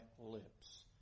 lips